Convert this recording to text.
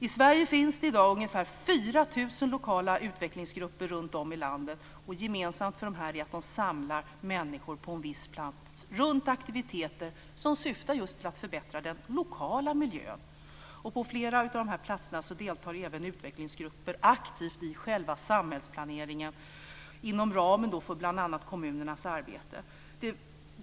I dag finns det ungefär 4 000 lokala utvecklingsgrupper runt om i landet, och gemensamt för dessa är att de samlar människor på en viss plats runt aktiviteter som syftar just till att förbättra den lokala miljön. På flera av de här platserna deltar även utvecklingsgrupper aktivt i själva samhällsplaneringen inom ramen för bl.a. kommunernas arbete.